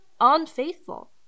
unfaithful